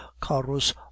carus